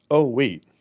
oh wait,